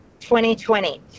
2020